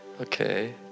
Okay